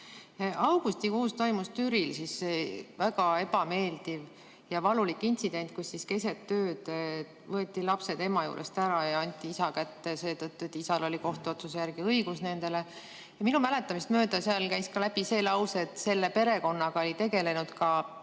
Augustikuus toimus Türil väga ebameeldiv ja valulik intsident, kus keset ööd võeti lapsed ema juurest ära ja anti isa kätte, seetõttu et isal oli kohtuotsuse järgi õigus nendele. Minu mäletamist mööda seal käis läbi see lause, et selle perekonnaga oli tegelenud ka